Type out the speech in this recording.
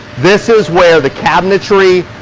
this is where the cabinetry,